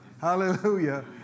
Hallelujah